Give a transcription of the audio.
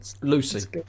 Lucy